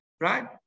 Right